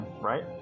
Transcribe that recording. right